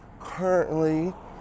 Currently